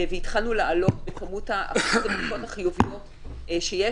והתחלנו לעלות בשיעור אחוז הבדיקות החיוביות שיש.